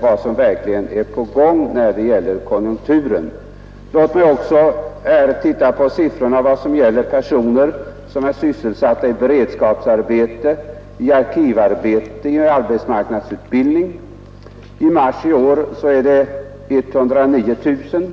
vad som verkligen är på gång när det gäller konjunkturutvecklingen. Låt mig också titta på siffrorna gällande de personer som är sysselsatta i beredskapsarbete, i arkivarbete, i arbetsmarknadsutbildning. I mars i år är det 109 000.